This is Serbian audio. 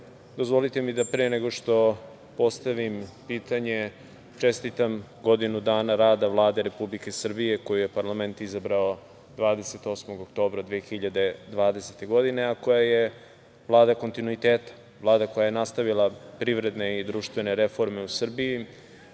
dozvolite mi da, pre nego što postavim pitanje, čestitam godinu dana rada Vlade Republike Srbije, koju je parlament izabrao 28. oktobra 2020. godine, a koja je Vlada kontinuiteta. Vlada koja je nastavila privredne i društvene reforme u Srbiji